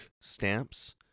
stamps